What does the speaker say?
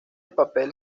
papel